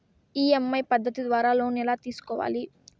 EMI పద్ధతి ద్వారా loan ఎలా తీసుకోవాలి